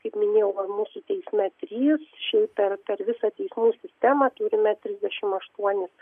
kaip minėjau va mūsų teisme trys šiaip per per visą teismų sistemą turime trisdešimt aštuonis